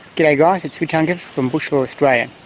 yeah guys, it's rich hungerford from bush lore australia.